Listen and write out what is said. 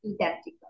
identical